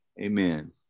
Amen